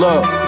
Love